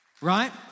right